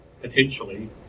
potentially